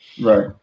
Right